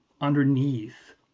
underneath